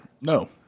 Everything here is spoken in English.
No